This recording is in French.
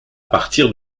partir